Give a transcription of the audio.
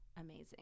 Amazing